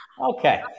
Okay